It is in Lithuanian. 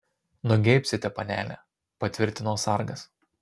nugeibsite panele patvirtino sargas